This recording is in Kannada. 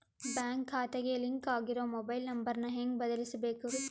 ಬ್ಯಾಂಕ್ ಖಾತೆಗೆ ಲಿಂಕ್ ಆಗಿರೋ ಮೊಬೈಲ್ ನಂಬರ್ ನ ಹೆಂಗ್ ಬದಲಿಸಬೇಕ್ರಿ?